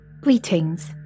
Greetings